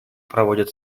проводят